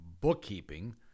bookkeeping